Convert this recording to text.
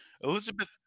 Elizabeth